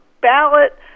ballot